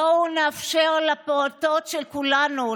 בואו נאפשר לפעוטות של כולנו,